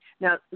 Now